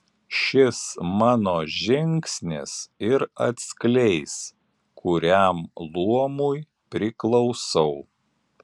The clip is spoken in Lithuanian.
šis mano žingsnis ir atskleis kuriam luomui priklausau